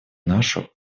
нашу